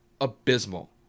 abysmal